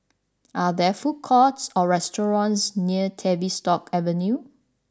are there food courts or restaurants near Tavistock Avenue